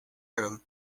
room